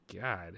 God